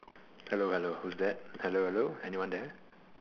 hello hello who's that hello hello anyone there